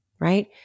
right